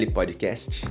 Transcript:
Podcast